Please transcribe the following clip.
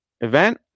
event